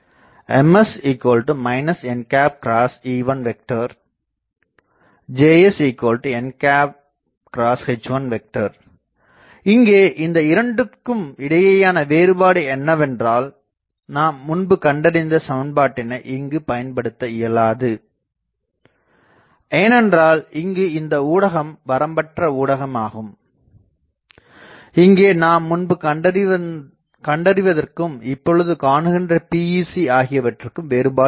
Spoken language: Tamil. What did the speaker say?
Ms nE1 JsnH1 இங்கே இந்த இரண்டிற்கும் இடையேயான வேறுபாடு என்னவென்றால் நாம் முன்பு கண்டறிந்த சமன்பாட்டினை இங்குப் பயன்படுத்த இயலாது ஏனென்றால் இங்கு இந்த ஊடகம் வரம்பற்ற ஊடகம் ஆகும் இங்கே நாம் முன்பு கண்டறிவதற்கும் இப்பொழுது காணுகின்ற PEC ஆகியவற்றுக்கும் வேறுபாடு உள்ளது